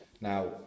Now